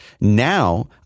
Now